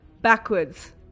backwards